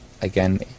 again